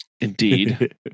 indeed